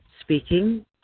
speaking